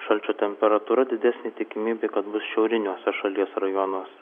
šalčio temperatūra didesnė tikimybė kad bus šiauriniuose šalies rajonuose